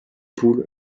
poule